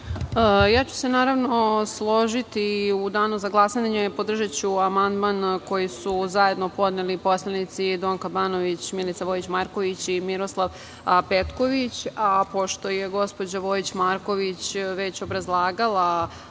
Batić** Naravno, složiću se i u danu za glasanje ću podržati amandman koji su zajedno podneli poslanici: Donka Banović, Milica Vojić Marković i Miroslav Petković. Pošto je gospođa Vojić Marković već obrazlagala